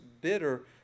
bitter